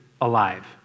alive